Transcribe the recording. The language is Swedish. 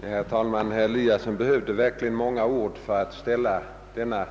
Herr talman! Herr Eliasson i Sundborn behövde verkligen använda många ord för att ställa denna